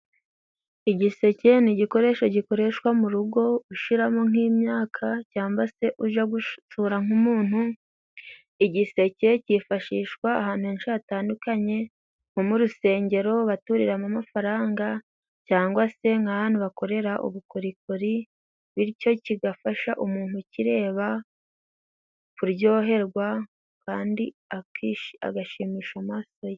Igiseke ni igikoresho gikoreshwa mu rugo ushiramo nk'imyaka cyamba se ujya gusura nk'umuntu, igiseke cyifashishwa ahantu henshi hatandukanye nko mu rusengero baturiramo amafaranga, cyangwa se nk'ahantu bakorera ubukorikori, bityo kigafasha umuntu ukireba kuryoherwa kandi agashimisha amaso ye.